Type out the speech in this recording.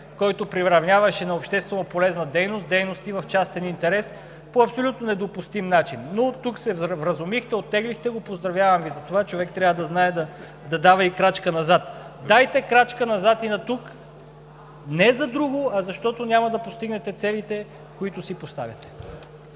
който приравняваше на общественополезна дейност дейности в частен интерес по абсолютно недопустим начин, но тук се вразумихте, оттеглихте го. Поздравявам Ви! Човек трябва да знае да дава и крачка назад. Дайте крачка назад и тук, не за друго, а защото няма да постигнете целите, които си поставяте.